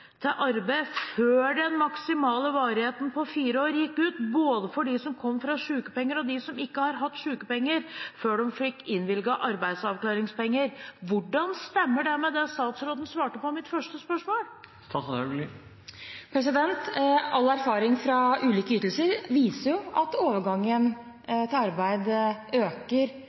til arbeid før den maksimale varigheten på fire år gikk ut for både de som kom fra sykepenger, og de som ikke hadde hatt sykepenger før de fikk innvilget arbeidsavklaringspenger.» Hvordan stemmer dette med det statsråden svarte på mitt første spørsmål? All erfaring fra ulike ytelser viser at overgangen til arbeid øker